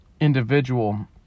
individual